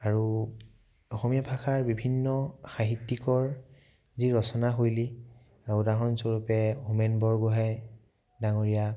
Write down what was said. আৰু অসমীয়া ভাষাৰ বিভিন্ন সাহিত্যিকৰ যি ৰচনাশৈলী উদাহৰণস্বৰূপে হোমেন বৰগোহাঁই ডাঙৰীয়া